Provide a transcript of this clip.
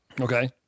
Okay